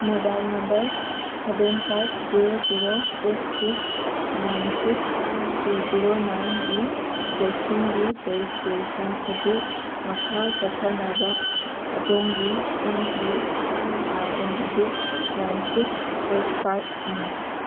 mobile number seven five zero zero eight six nine six two zero ꯅꯥꯏꯟꯒꯤ ꯚꯦꯛꯁꯤꯟꯒꯤ registration ꯑꯗꯨ ꯃꯈꯥ ꯆꯠꯊꯅꯕ ꯑꯗꯣꯝꯒꯤ ꯑꯦꯝ ꯄꯤ ꯑꯥꯏ ꯑꯦꯟ ꯑꯗꯨ ꯅꯥꯏꯟ ꯁꯤꯛꯁ ꯑꯩꯠ ꯐꯥꯏꯚꯅꯤ